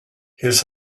his